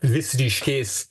vis ryškės